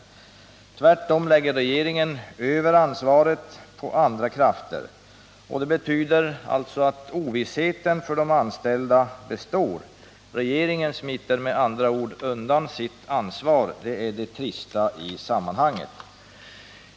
Tvärtom lägger regeringen över ansvaret på andra krafter. Det betyder alltså att ovissheten för de anställda består. Regeringen smiter med andra ord undan sitt ansvar. Det är det trista i sammanhanget.